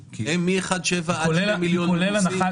מ-1.7 עד 2 מיליון הם ממוסים?